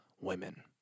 women